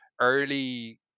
early